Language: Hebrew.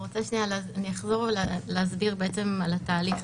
אחזור להסביר על התהליך.